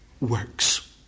works